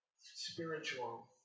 spiritual